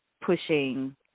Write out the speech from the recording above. pushing